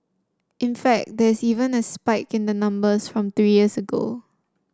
in fact there's even a spike in the numbers from three years ago